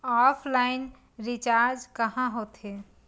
Offline recharge कहां होथे?